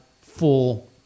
full